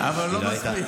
היא לא הייתה.